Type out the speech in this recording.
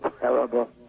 terrible